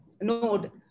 node